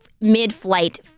mid-flight